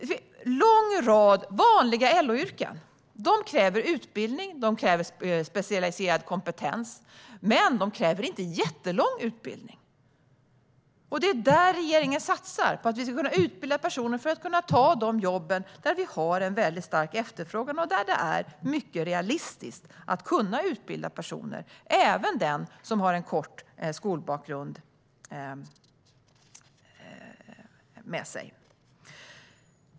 En lång rad vanliga LO-yrken kräver utbildning och specialiserad kompetens, men de kräver inte jättelång utbildning. Det är här regeringen satsar. Vi vill utbilda personer som kan ta jobben där det är stor efterfrågan. Här är det mycket realistiskt att kunna utbilda personer, även den som har kort skolbakgrund.